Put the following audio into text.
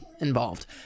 involved